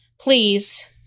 please